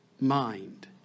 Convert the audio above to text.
mind